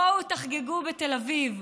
בואו תחגגו בתל אביב,